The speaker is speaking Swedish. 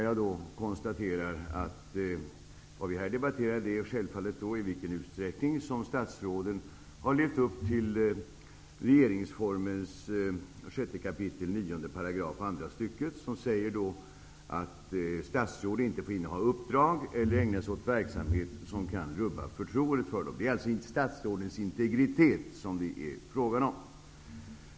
Vad vi här debatterar är självfallet i vilken utsträckning statsråden har levt upp till vad som sägs i 6 kap. 9 § andra stycket regeringsformen -- att statsråd inte får inneha uppdrag eller ägna sig åt verksamhet som kan rubba förtroendet för dem. Det är alltså statsrådens integritet som det är fråga om.